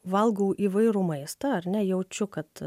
valgau įvairų maistą ar ne jaučiu kad